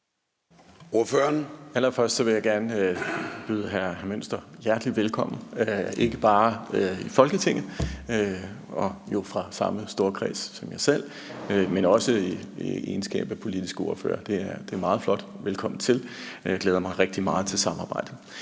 (S): Allerførst vil jeg gerne byde hr. Frederik Bloch Münster hjertelig velkommen, ikke bare i Folketinget, og han er jo fra samme storkreds, som jeg selv er, men også i egenskab af politisk ordfører. Det er meget flot. Velkommen til, og jeg glæder mig rigtig meget til samarbejdet.